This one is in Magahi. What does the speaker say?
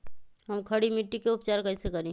हम खड़ी मिट्टी के उपचार कईसे करी?